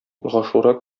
гашура